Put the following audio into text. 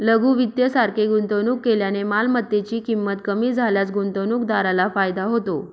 लघु वित्त सारखे गुंतवणूक केल्याने मालमत्तेची ची किंमत कमी झाल्यास गुंतवणूकदाराला फायदा होतो